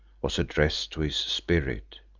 was addressed to his spirit,